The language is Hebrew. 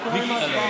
כן.